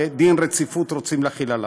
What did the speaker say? ודין רציפות רוצים להחיל עליו.